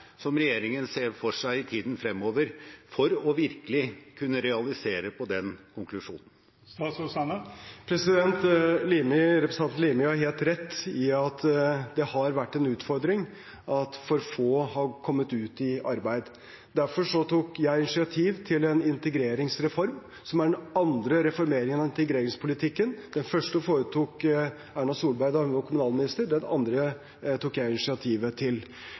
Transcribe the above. som regjeringen ser for seg i tiden fremover for virkelig å kunne realisere på den konklusjonen? Representanten Limi har helt rett i at det har vært en utfordring at for få har kommet ut i arbeid. Derfor tok jeg initiativ til en integreringsreform, som er den andre reformeringen av integreringspolitikken. Den første foretok Erna Solberg da hun var kommunalminister, den andre tok jeg initiativet til.